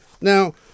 Now